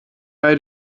bij